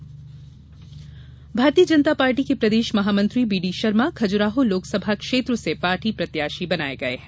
भाजपा प्रत्याशी भारतीय जनता पार्टी के प्रदेश महामंत्री बीडी शर्मा खजुराहो लोकसभा क्षेत्र से पार्टी प्रत्याशी बनाये गये हैं